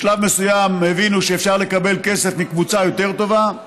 בשלב מסוים הבינו שאפשר לקבל כסף מקבוצה יותר טובה,